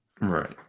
Right